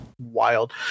wild